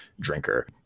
drinker